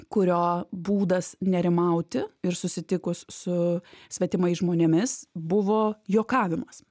kurio būdas nerimauti ir susitikus su svetimais žmonėmis buvo juokavimas